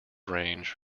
range